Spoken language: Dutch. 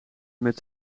met